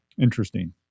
Interesting